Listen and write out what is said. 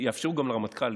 יאפשרו גם לרמטכ"ל